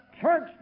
church